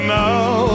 now